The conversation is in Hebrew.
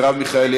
מרב מיכאלי,